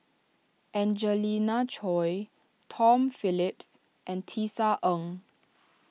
Angelina Choy Tom Phillips and Tisa Ng